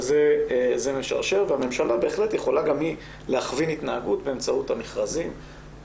זה משרשר והממשלה בהחלט יכולה גם היא להכווין התנהגות באמצעות המכרזים,